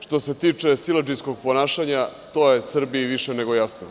Što se tiče siledžijskog ponašanja, to je Srbiji više nego jasno.